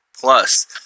plus